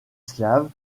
slave